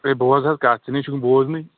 ہے بوز حظ کَتھ ژٕ نَے چھُکھ نہٕ بوزنٕے